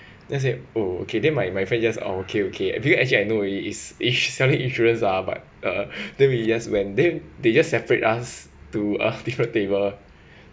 then I say oh okay then my my friend just okay okay then actually I know already is is selling insurance lah but uh then we just when they they just separate us to a different table